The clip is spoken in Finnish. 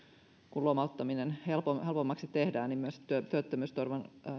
kun lomauttaminen tehdään helpommaksi myös työttömyysturvan